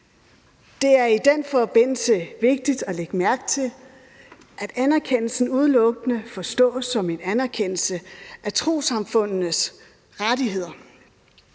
Det er i den forbindelse vigtigt at lægge mærke til, at anerkendelsen udelukkende forstås som en anerkendelse af trossamfundenes rettigheder,